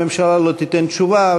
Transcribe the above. הממשלה לא תיתן תשובה,